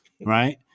Right